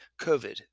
COVID